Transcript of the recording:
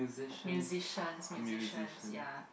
musicians musicians ya